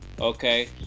Okay